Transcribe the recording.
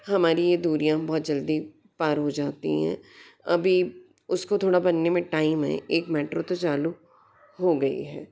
हमारी ये दूरियाँ बहुत जल्दी पर हो जाती हैं अभी उसको थोड़ा बनने में टाइम है एक मेट्रो तो चालू हो गई है